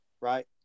Right